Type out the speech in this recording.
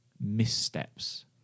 missteps